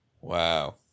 Wow